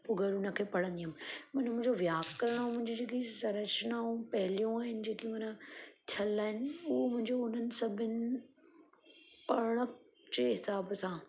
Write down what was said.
पोइ घर हुनखे पढ़ंदी हुअमि माना मुंहिंजो व्याकरण ऐं मुंहिंजी जेकी संरचनाऊं पहेलियूं आहिनि जेकी माना ठहियल आहिनि उहो मुंहिंजो उन्हनि सभिनि पढ़ण जे हिसाब सां